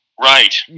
Right